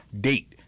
date